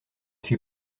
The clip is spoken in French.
suis